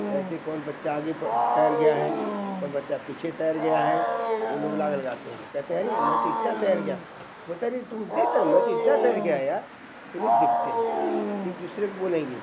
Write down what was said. जैसे कौन बच्चा आगे तैर गया है कौन बच्चा पीछे तैर गया है वो लोग लाग लगाते हैं कहते हैं अरे मैं तो इतना तैर गया बोलता है अरे तुम इतने ही तैरे मैं तो इतना तैर के आया यार वो लोग देखते हैं एक दूसरे को बोलेंगे